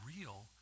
real